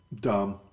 Dumb